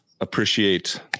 appreciate